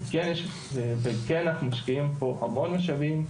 ואנחנו כן משקיעים פה המון משאבים,